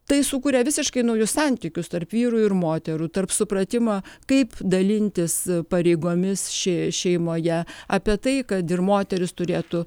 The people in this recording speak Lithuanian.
tai sukuria visiškai naujus santykius tarp vyrų ir moterų tarp supratimo kaip dalintis pareigomis še šeimoje apie tai kad ir moterys turėtų